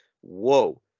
whoa